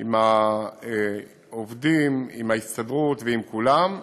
עם העובדים, עם ההסתדרות ועם כולם.